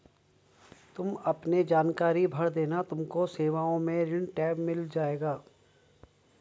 तुम अपने जानकारी भर देना तुमको सेवाओं में ऋण टैब मिल जाएगा